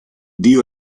dio